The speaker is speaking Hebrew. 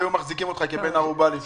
היו מחזיקים אותך כבן ערובה לפני זה.